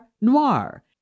noir